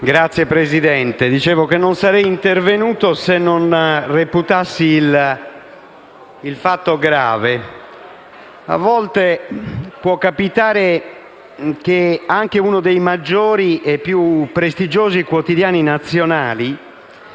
Signora Presidente, non sarei intervenuto se non reputassi il fatto grave. A volte può capitare anche ad uno dei maggiori e più prestigiosi quotidiani nazionali